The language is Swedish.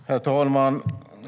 Herr talman!